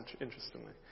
interestingly